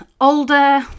older